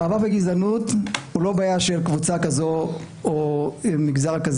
המאבק בגזענות הוא לא בעיה של קבוצה כזאת או אחרת.